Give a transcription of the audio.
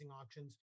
auctions